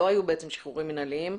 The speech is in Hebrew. לא היו שחרורים מנהליים,